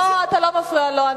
לא, אתה לא מפריע לו.